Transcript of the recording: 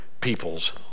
people's